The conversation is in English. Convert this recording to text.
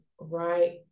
right